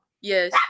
Yes